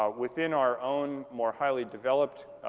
um within our own more highly developed